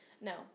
No